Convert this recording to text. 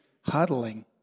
huddling